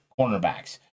cornerbacks